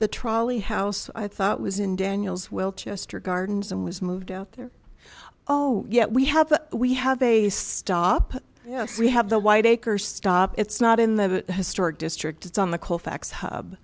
the trolley house i thought was in daniels will chester gardens and was moved out there oh yes we have we have a stop yes we have the white acre stop it's not in the historic district it's on the colfax hub